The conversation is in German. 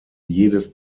jedes